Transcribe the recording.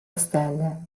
stelle